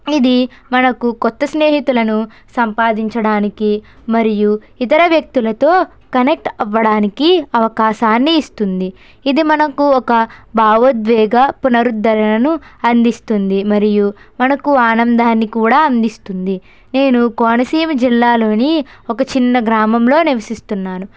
ఇది మనకు కొత్త స్నేహితులను సంపాధించడానికి మరియు ఇతర వ్యక్తులతో కనెక్ట్ అవ్వడానికి అవకాశాన్ని ఇస్తుంది ఇది మనకు ఒక భావోద్వేగ పునరుద్ధరణను అందిస్తుంది మరియు మనకు ఆనందాన్ని కూడా అందిస్తుంది నేను కోనసీమ జిల్లాలోని ఒక చిన్న గ్రామంలో నివసిస్తున్నాను